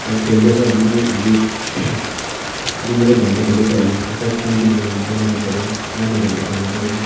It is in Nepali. र खेल्दै छ भने हामी दिनमा एक घन्टा खेल्दैछ भने त्यसलाई कम्तीको बनाउनु पऱ्यो आधि घन्टा खेल्नु पऱ्यो